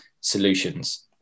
solutions